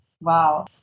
Wow